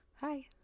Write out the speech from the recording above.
Hi